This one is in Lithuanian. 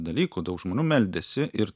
dalykų daug žmonių meldėsi ir